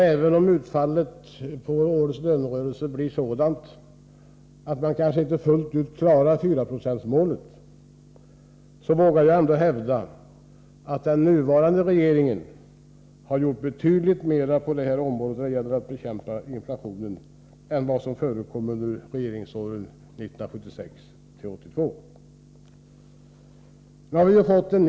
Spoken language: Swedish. Även om utfallet av årets lönerörelse blir sådant att vi kanske inte fullt ut klarar fyraprocentsmålet, vågar jag ändå hävda att den nuvarande regeringen har gjort betydligt mer för att bekämpa inflationen än vad som gjordes under regeringsåren 1976-1982.